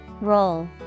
Roll